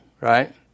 right